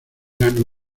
verano